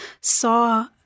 saw